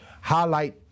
highlight